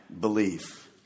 belief